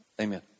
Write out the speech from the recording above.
Amen